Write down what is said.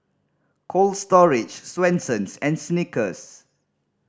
Cold Storage Swensens and Snickers